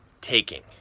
taking